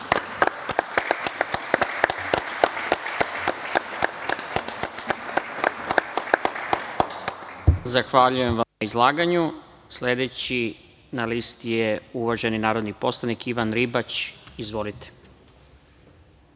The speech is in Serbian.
Zahvaljujem vam na izlaganju. Sledeći na listi je uvaženi narodni poslanik Ivan Ribać. Izvolite.